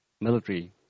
military